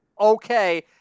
okay